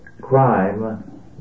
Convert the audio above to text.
crime